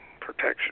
protection